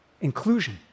inclusion